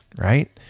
right